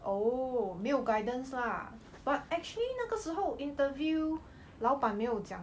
oh 没有 guidance lah but actually 那个时候 interview 老板没有讲